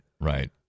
right